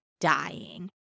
dying